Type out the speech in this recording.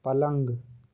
पलंग